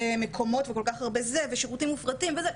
מקומות וכל כך הרבה זה ושירותים מופרטים וזה.